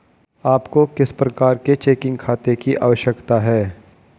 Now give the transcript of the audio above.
आपको किस प्रकार के चेकिंग खाते की आवश्यकता है?